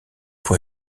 pour